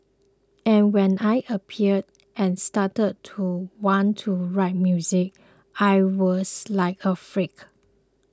and when I appeared and started to want to write music I was like a freak